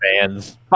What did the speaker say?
fans